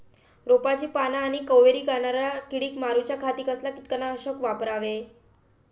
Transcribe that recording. रोपाची पाना आनी कोवरी खाणाऱ्या किडीक मारूच्या खाती कसला किटकनाशक वापरावे?